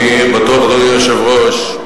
אני בטוח, אדוני היושב-ראש,